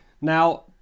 Now